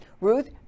Ruth